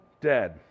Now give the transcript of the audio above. dead